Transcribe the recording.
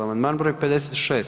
Amandman broj 56.